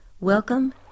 Welcome